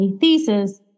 thesis